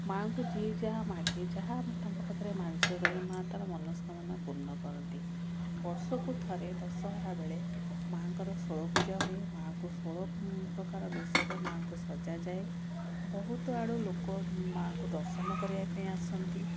ମା'ଙ୍କୁ ଯିଏ ଯାହା ମାଗେ ଯାହା ତାଙ୍କ ପାଖରେ ମାନସିକ ମା' ତାର ମନୋସ୍କାମନା ପୂର୍ଣ୍ଣ କରନ୍ତି ବର୍ଷକୁ ଥରେ ଦଶହରା ବେଳେ ମାଙ୍କର ଷୋଳ ପୂଜା ହୁଏ ମା'ଙ୍କୁ ଷୋଳ ପ୍ରକାର ବେଶରେ ମା'ଙ୍କୁ ସଜା ହୁଏ ବହୁତ ଆଡୁ ଲୋକ ମା'ଙ୍କୁ ଦର୍ଶନ କରିବା ପାଇଁ ଆସନ୍ତି